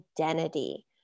identity